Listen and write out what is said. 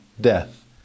death